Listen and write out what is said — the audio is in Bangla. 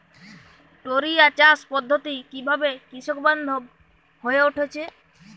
টোরিয়া চাষ পদ্ধতি কিভাবে কৃষকবান্ধব হয়ে উঠেছে?